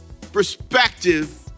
perspective